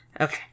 okay